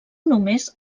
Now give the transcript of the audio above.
només